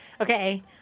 Okay